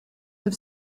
have